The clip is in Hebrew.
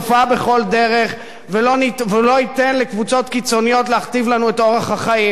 בכל דרך ושהוא לא ייתן לקבוצות קיצוניות להכתיב לנו את אורח החיים.